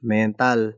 mental